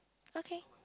okay